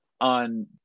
on